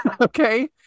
Okay